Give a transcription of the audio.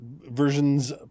versions